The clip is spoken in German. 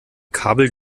kabel